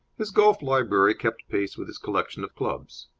his golf library kept pace with his collection of clubs.